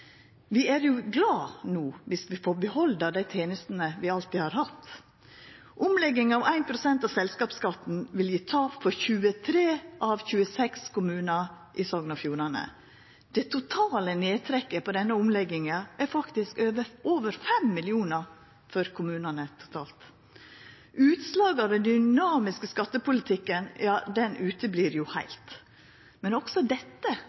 Vi er jo glade no viss vi får behalda dei tenestene vi alltid har hatt. Omlegginga av 1 pst. av selskapsskatten vil gje tap for 23 av 26 kommunar i Sogn og Fjordane. Det totale nedtrekket på denne omlegginga er faktisk på over 5 mill. kr for kommunane totalt. Utslaget av den dynamiske skattepolitikken kjem ikkje i det heile, men også dette